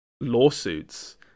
lawsuits